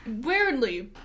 weirdly